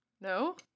No